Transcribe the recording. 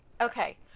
Okay